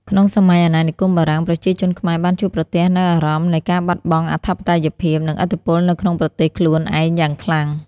ក្នុងសម័យអាណានិគមបារាំង ប្រជាជនខ្មែរបានជួបប្រទះនូវអារម្មណ៍នៃការបាត់បង់អធិបតេយ្យភាព និងឥទ្ធិពលនៅក្នុងប្រទេសខ្លួនឯងយ៉ាងខ្លាំង។